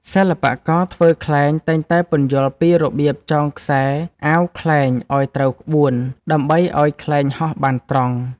សិល្បករធ្វើខ្លែងតែងតែពន្យល់ពីរបៀបចងខ្សែអាវខ្លែងឱ្យត្រូវក្បួន ដើម្បីឱ្យខ្លែងហោះបានត្រង់។